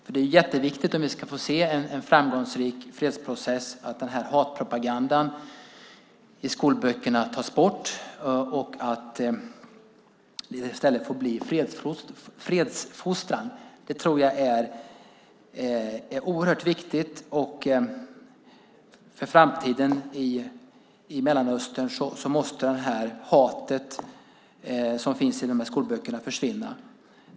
Om vi ska få se en framgångsrik fredsprocess är det jätteviktigt att hatpropagandan i skolböckerna tas bort och att det i stället får bli fredsfostran. Det tror jag är oerhört viktigt. För framtiden i Mellanöstern måste hatet som finns i skolböckerna försvinna.